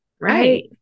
right